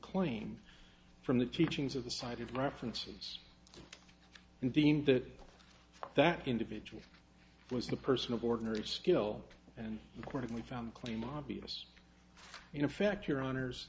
claim from the teachings of the cited references and deemed that that individual was the person of ordinary skill and accordingly found claim obvious you know fact your hono